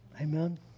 Amen